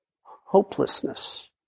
hopelessness